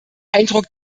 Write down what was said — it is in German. eindruck